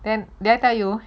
then did I tell you